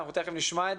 ותכף נשמע.